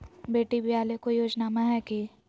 बेटी ब्याह ले कोई योजनमा हय की?